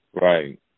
Right